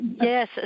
Yes